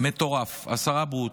עשרה ברוטו.